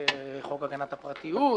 זה חוק הגנת הפרטיות,